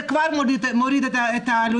זה כבר מוריד את העלויות.